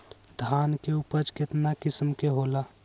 धान के उपज केतना किस्म के होला?